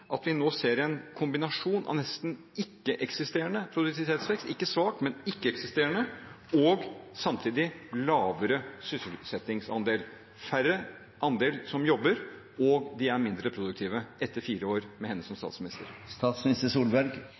at vi nå ser en kombinasjon av nesten ikke-eksisterende produktivitetsvekst – ikke svak, men ikke-eksisterende – og samtidig lavere sysselsettingsandel, færre som jobber, og de er mindre produktive etter fire år med henne som